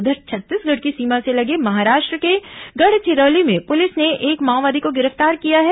उधर छत्तीसगढ़ की सीमा से लगे महाराष्ट्र के गढ़चिरौली में पुलिस ने एक माओवादी को गिरफ्तार किया है